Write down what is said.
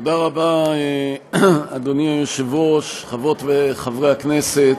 תודה רבה, אדוני היושב-ראש, חברות וחברי הכנסת,